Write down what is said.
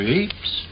apes